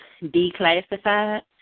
Declassified